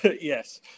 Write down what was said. Yes